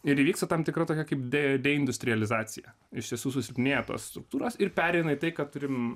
ir įvyksta tam tikra tokia kaip de deindustrializacija iš tiesų susilpnėja tos struktūros ir pereina į tai ką turim